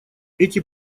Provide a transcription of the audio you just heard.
эти